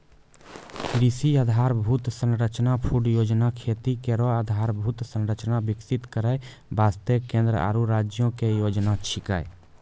कृषि आधारभूत संरचना फंड योजना खेती केरो आधारभूत संरचना विकसित करै वास्ते केंद्र आरु राज्यो क योजना छिकै